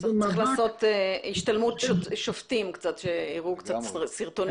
צריך לעשות השתלמות שופטים ושהם ייראו קצת סרטונים.